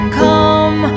come